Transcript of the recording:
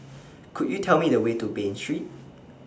Could YOU Tell Me The Way to Bain Street